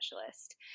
specialist